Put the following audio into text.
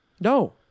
No